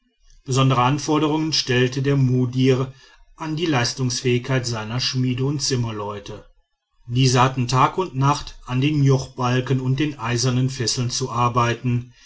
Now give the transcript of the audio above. besondere anforderungen stellte der mudir an die leistungsfähigkeit seiner schmiede und zimmerleute diese hatten tag und nacht an den jochbalken und den eisernen fesseln zu arbeiten